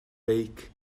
beic